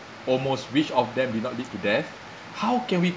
almost which of them will not lead to death how can we